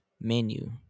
menu